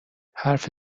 حرف